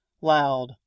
loud